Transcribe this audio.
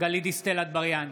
גלית דיסטל אטבריאן,